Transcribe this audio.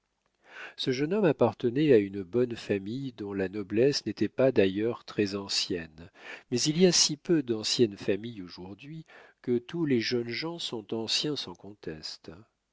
ce jeune homme appartenait à une bonne famille dont la noblesse n'était pas d'ailleurs très ancienne mais il y a si peu d'anciennes familles aujourd'hui que tous les jeunes gens sont anciens sans conteste